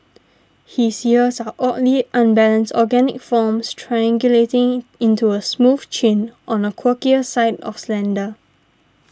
his ears are oddly unbalanced organic forms triangulating into a smooth chin on the quirkier side of slender